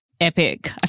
epic